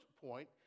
point